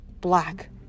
black